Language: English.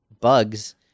bugs